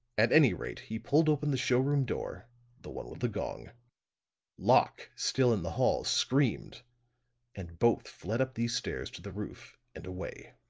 at any rate he pulled open the showroom door the one with the gong locke, still in the hall, screamed and both fled up these stairs to the roof and away.